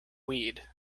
weed